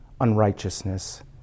unrighteousness